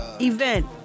event